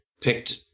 picked